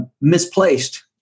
misplaced